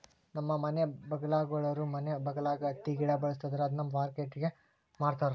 ನಮ್ಮ ಮನೆ ಬಗಲಾಗುಳೋರು ಮನೆ ಬಗಲಾಗ ಹತ್ತಿ ಗಿಡ ಬೆಳುಸ್ತದರ ಅದುನ್ನ ಪ್ಯಾಕ್ಟರಿಗೆ ಮಾರ್ತಾರ